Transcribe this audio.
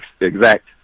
exact